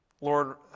lord